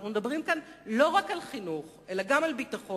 אנחנו מדברים כאן לא רק על חינוך אלא גם על ביטחון.